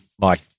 Mike